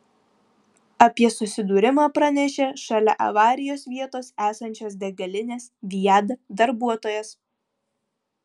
apie susidūrimą pranešė šalia avarijos vietos esančios degalinės viada darbuotojas